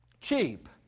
cheap